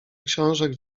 książek